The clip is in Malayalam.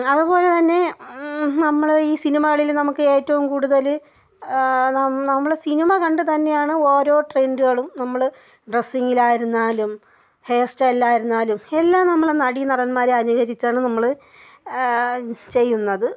അതുപോലെ തന്നെ നമ്മളെ ഈ സിനിമകളിൽ നമുക്ക് ഏറ്റവും കൂടുതൽ ന നമ്മൾ സിനിമ കണ്ടുതന്നെയാണ് ഓരോ ട്രെന്റുകളും നമ്മൾ ഡ്രസ്സിങ്ങിലായിരുന്നാലും ഹെയർ സ്റ്റൈലു ആയിരുന്നാലും എല്ലാം നമ്മൾ നടി നടന്മാരെ അനുകരിച്ചാണ് നമ്മൾ ചെയ്യുന്നത്